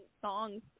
songs